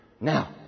Now